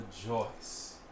rejoice